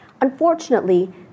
Unfortunately